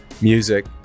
music